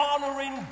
honoring